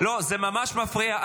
הקואליציה, זה ממש מפריע.